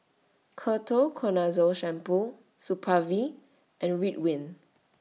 Ketoconazole Shampoo Supravit and Ridwind